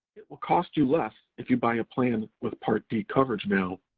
it will cost you less if you buy a plan with part d coverage now.